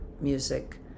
music